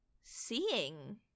seeing